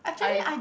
I